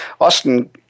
Austin